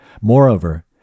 Moreover